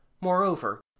Moreover